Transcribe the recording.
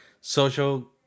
social